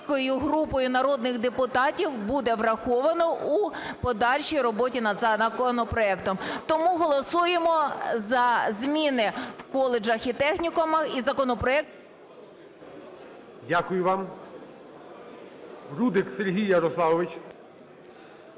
великою групою народних депутатів, буде враховано у подальшій роботі над законопроектом. Тому голосуємо за зміни в коледжах і технікумах, і законопроект… Веде засідання Голова